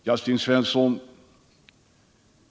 Herr talman!